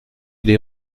les